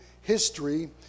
history